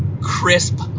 crisp